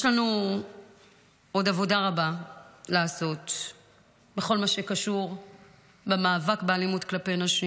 יש לנו עוד עבודה רבה לעשות בכל מה שקשור במאבק באלימות כלפי נשים.